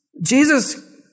Jesus